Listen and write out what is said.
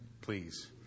please